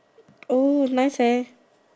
oh nice hair